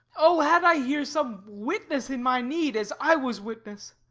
o had i here some witness in my need, as i was witness!